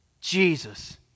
Jesus